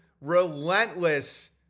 relentless